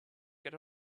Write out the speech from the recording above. get